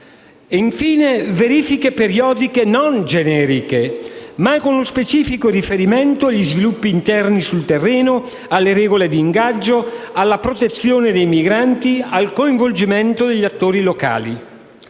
infine, verifiche periodiche non generiche, ma con specifico riferimento agli sviluppi interni sul terreno, alle regole d'ingaggio, alla protezione dei migranti, al coinvolgimento degli attori locali.